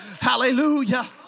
hallelujah